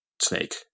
snake